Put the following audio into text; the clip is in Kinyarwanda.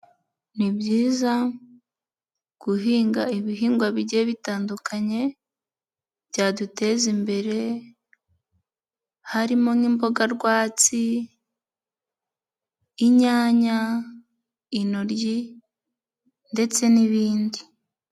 Ni byiza guhinga ibihingwa bigiye bitandukanye byaduteza imbere harimo nk'imboga rwatsi, inyanya, intoryi ndetse n'ibindi.